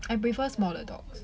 I prefer smaller dogs